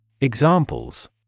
Examples